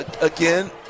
again